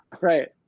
right